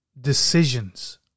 decisions